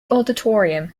auditorium